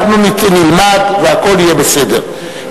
והכול יהיה בסדר,